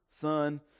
Son